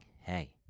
hey